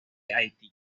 haití